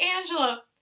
Angela